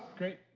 great.